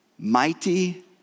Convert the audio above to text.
Mighty